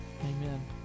Amen